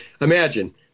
imagine